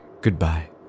Goodbye